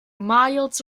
miles